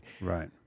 Right